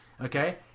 Okay